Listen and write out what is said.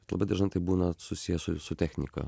labai dažnai tai būna susiję su su su technika